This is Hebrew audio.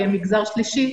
כמגזר שלישי,